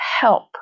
help